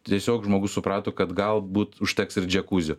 tiesiog žmogus suprato kad galbūt užteks ir džiakuzi